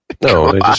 No